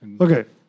Okay